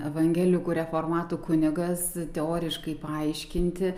evangelikų reformatų kunigas teoriškai paaiškinti